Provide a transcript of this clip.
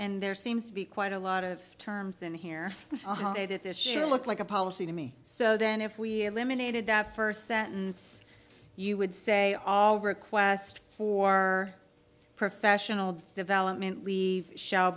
and there seems to be quite a lot of terms in here that this sure looks like a policy to me so then if we eliminated that first sentence you would say all request for professional development leave shall